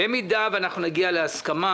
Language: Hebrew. במידה ונגיע להסכמה